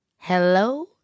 Hello